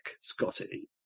Scotty